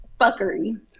fuckery